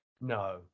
no